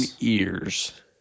ears